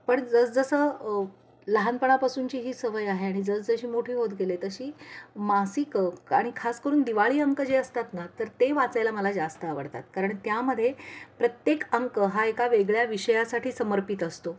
पण जसजसं लहानपणापासूनची ही सवय आहे आणि जसजशी मोठी होत गेले तशी मासिकं आणि खास करून दिवाळी अंक जे असतात ना तर ते वाचायला मला जास्त आवडतात कारण त्यामध्ये प्रत्येक अंक हा एका वेगळ्या विषयासाठी समर्पित असतो